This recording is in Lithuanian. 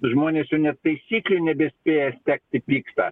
žmonės jau net taisyklių nebespėja sekti pikta